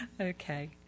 Okay